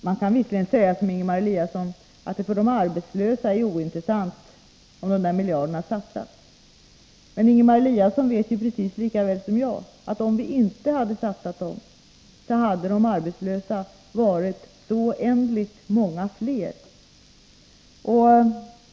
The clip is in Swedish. Man kan visserligen säga som Ingemar Eliasson, att det för de arbetslösa är ointressant om de där miljarderna satsats, men Ingemar Eliasson vet precis lika väl som jag att om vi inte hade satsat dem, då hade de arbetslösa varit så oändligt många fler.